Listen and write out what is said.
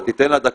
אתה תיתן לה דקה,